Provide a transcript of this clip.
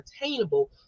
attainable